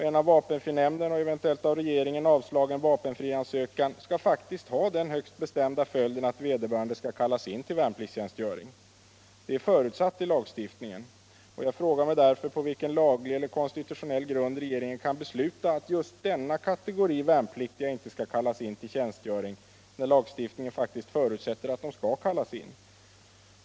En av vapenfrinämnden och eventuellt av regeringen avslagen vapenfriansökan skall faktiskt ha den högst bestämda följden att vederbörande skall kallas in till värnpliktstjänstgöring. Detta är förutsatt i lagstiftningen. Jag frågar mig därför på vilken laglig eller konstitutionell grund regeringen kan besluta att just denna kategori värnpliktiga inte skall kallas in till tjänstgöring när lagstiftningen faktiskt förutsätter att de skall kallas in.